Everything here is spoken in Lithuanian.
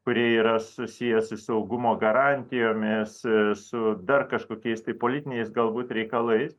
kurie yra susiję su saugumo garantijomis su dar kažkokiais tai politiniais galbūt reikalais